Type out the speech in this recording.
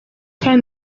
kandi